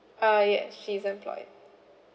ah yes she's employed